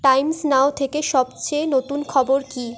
Times Now থেকে সবচেয়ে নতুন খবর কী